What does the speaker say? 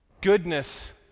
Goodness